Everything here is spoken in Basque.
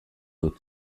dut